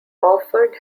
orford